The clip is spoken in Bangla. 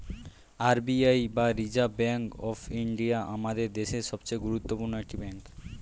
আর বি আই বা রিজার্ভ ব্যাঙ্ক অফ ইন্ডিয়া আমাদের দেশের সবচেয়ে গুরুত্বপূর্ণ একটি ব্যাঙ্ক